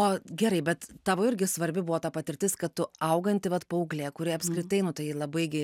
o gerai bet tavo irgi svarbi buvo ta patirtis kad tu auganti vat paauglė kuri apskritai nu tai labai gi